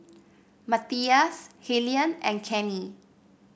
Matthias Helyn and Kenny